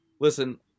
listen